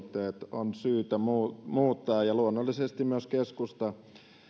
on syytä muuttaa ja luonnollisesti myös keskusta